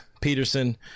Peterson